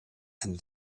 and